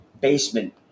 basement